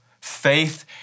faith